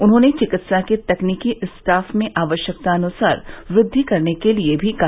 उन्होंने चिकित्सा के तकनीकी स्टॉफ में आवश्यकतानुसार वृद्धि करने के लिये भी कहा